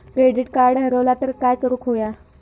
Credit card हरवला तर काय करुक होया?